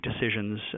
decisions